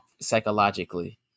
psychologically